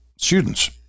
students